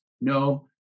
No